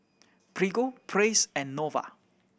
Prego Praise and Nova